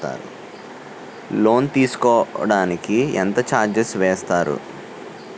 Loan తీసుకోడానికి ఎంత charges వేస్తారు?